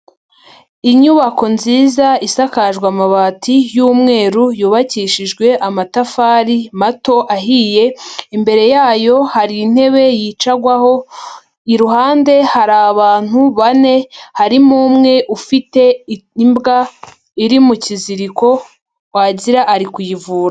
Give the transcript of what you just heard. Inyubako nziza isakajwe amabati y'umweru yubakishijwe amatafari mato ahiye, imbere yayo hari intebe yicarwaho, iruhande hari abantu bane harimo umwe ufite imbwa iri mu kiziriko wagira ari kuyivura.